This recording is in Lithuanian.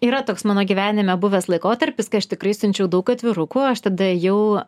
yra toks mano gyvenime buvęs laikotarpis kai aš tikrai išsiunčiau daug atvirukų aš tada ėjau